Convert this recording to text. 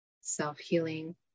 self-healing